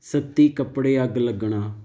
ਸੱਤੀ ਕੱਪੜੇ ਅੱਗ ਲੱਗਣਾ